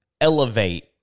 elevate